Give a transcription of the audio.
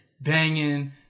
banging